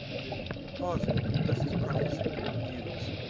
then pausing, thus his prophecy renews